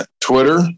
Twitter